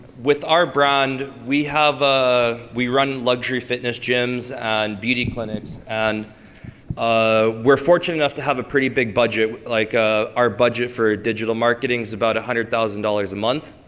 with our brand, we have a, we run luxury fitness gyms and beauty clinics, and ah we're fortunate enough to have a pretty big budget, like ah our budget for ah digital marketing is about one hundred thousand dollars a month,